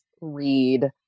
read